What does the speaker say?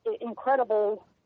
incredible